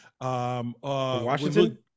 Washington